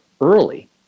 early